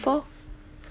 for